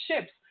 ships